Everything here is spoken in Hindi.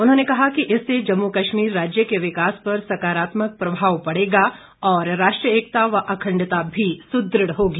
उन्होंने कहा कि इससे जम्मू कश्मीर राज्य के विकास पर सकारात्मक प्रभाव पड़ेगा और राष्ट्रीय एकता व अखंडता भी सुदृढ़ होगी